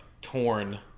torn